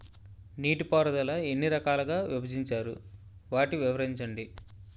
నీటిపారుదల ఎన్ని రకాలుగా విభజించారు? వాటి వివరించండి?